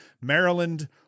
Maryland